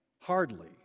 Hardly